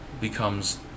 becomes